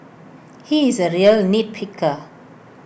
he is A real nit picker